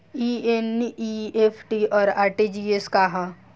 ई एन.ई.एफ.टी और आर.टी.जी.एस का ह?